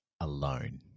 alone